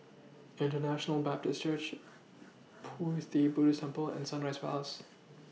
International Baptist Church Pu Ti Buddhist Temple and Sunrise Place